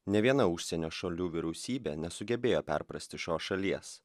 nė viena užsienio šalių vyriausybė nesugebėjo perprasti šios šalies